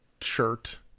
shirt